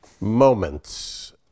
moments